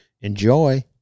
Enjoy